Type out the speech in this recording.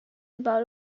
about